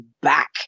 back